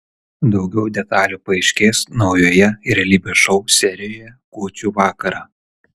daugiau detalių paaiškės naujoje realybės šou serijoje kūčių vakarą